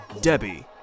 Debbie